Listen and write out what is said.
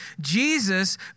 Jesus